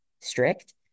strict